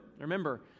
remember